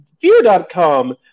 fear.com